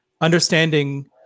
understanding